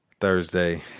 Thursday